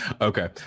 Okay